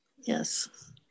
Yes